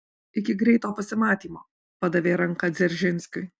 iki greito pasimatymo padavė ranką dzeržinskiui